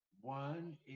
One